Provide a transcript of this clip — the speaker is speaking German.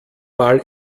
mal